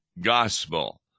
gospel